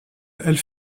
elle